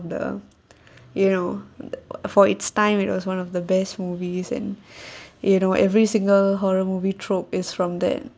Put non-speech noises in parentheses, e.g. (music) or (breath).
the you know for its time it was one of the best movies and (breath) uh you know every single horror movie tropes is from then